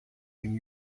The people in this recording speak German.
den